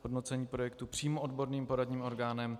Hodnocení projektu přímo odborným poradním orgánem.